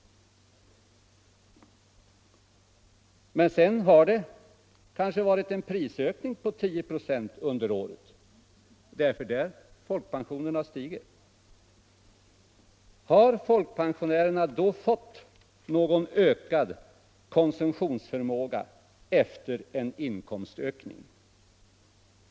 Men det har kanske varit en prisökning på 10 26 under året; det är därför folkpensionen har stigit. Har folkpensionärerna då fått någon ökad konsumtionsförmåga efter en inkomstökning?